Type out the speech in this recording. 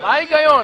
מה הגיון?